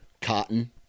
cotton